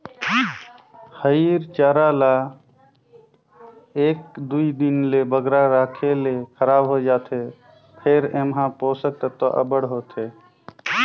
हयिर चारा ल एक दुई दिन ले बगरा राखे ले खराब होए जाथे फेर एम्हां पोसक तत्व अब्बड़ होथे